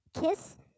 Kiss